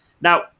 Now